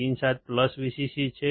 pin 7 plus VCC છે